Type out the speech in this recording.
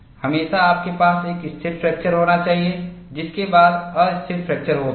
हमेशा आपके पास एक स्थिर फ्रैक्चर होना चाहिए जिसके बाद अस्थिर फ्रैक्चर होता है